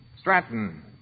Stratton